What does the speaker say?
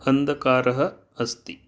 अन्धकारः अस्ति